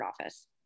office